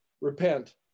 repent